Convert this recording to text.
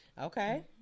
Okay